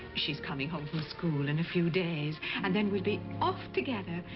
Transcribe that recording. she's coming home from school in a few days, and then we'll be off together,